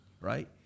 right